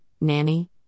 Nanny